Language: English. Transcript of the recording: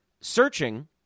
searching